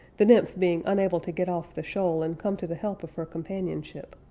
the nymph being unable to get off the shoal and come to the help of her companion ship.